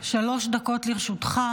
רול, שלוש דקות לרשותך,